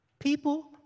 People